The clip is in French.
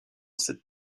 cette